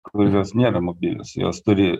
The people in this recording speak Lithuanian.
kurios nėra mobilios jos turi